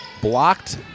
blocked